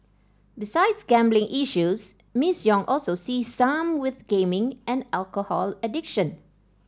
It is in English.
besides gambling issues Miss Yong also sees some with gaming and alcohol addiction